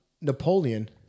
Napoleon